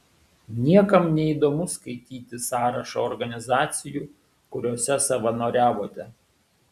niekam neįdomu skaityti sąrašą organizacijų kuriose savanoriavote